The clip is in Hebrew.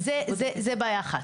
זו בעיה אחת.